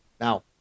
Now